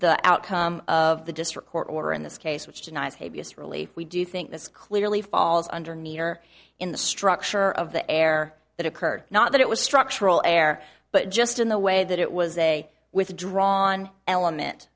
the outcome of the district court order in this case which denies habeas relief we do think this clearly falls under meter in the structure of the air that occurred not that it was structural err but just in the way that it was a withdrawn element